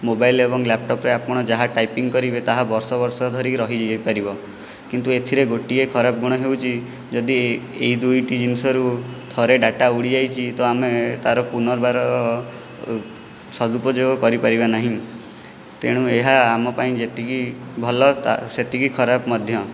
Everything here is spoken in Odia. ମୋବାଇଲ୍ ଏବଂ ଲ୍ୟାପ୍ଟପ୍ରେ ଆପଣ ଯାହା ଟାଇପିଂ କରିବେ ତାହା ବର୍ଷ ବର୍ଷ ଧରି ରହିଯାଇ ପାରିବ କିନ୍ତୁ ଏଥିରେ ଗୋଟିଏ ଖରାପ ଗୁଣ ହେଉଛି ଯଦି ଏହି ଦୁଇଟି ଜିନିଷରୁ ଥରେ ଡାଟା ଉଡ଼ିଯାଇଛି ତ ଆମେ ତା'ର ପୁନର୍ବାର ସଦୁପଯୋଗ କରିପାରିବା ନାହିଁ ତେଣୁ ଏହା ଆମ ପାଇଁ ଯେତିକି ଭଲ ତାହା ସେତିକି ଖରାପ ମଧ୍ୟ